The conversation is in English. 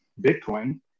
Bitcoin